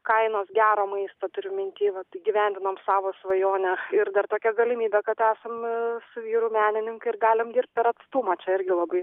kainos gero maisto turiu minty vat įgyvendinome savo svajonę ir dar tokia galimybė kad esam su vyru menininkai ir galim dirbt per atstumą čia irgi labai